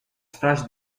stage